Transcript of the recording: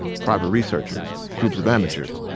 private researchers, groups of amateurs.